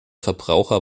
verbraucher